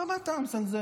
למה אתה מזלזל?